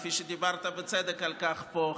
כפי שדיברת על כך פה,